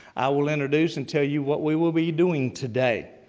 i will introduce and tell you what we will be doing today.